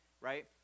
right